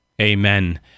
Amen